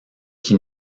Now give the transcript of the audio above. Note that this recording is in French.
qui